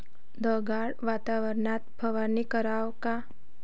ढगाळ वातावरनात फवारनी कराव का?